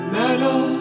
metal